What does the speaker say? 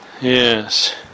Yes